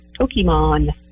Pokemon